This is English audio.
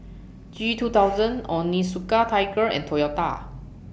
G two thousand Onitsuka Tiger and Toyota